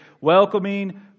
welcoming